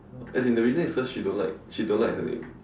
as in the reason is because she don't like she don't like her name